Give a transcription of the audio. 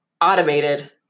automated